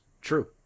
true